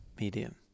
medium